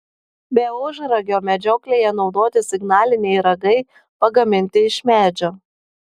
be ožragio medžioklėje naudoti signaliniai ragai pagaminti iš medžio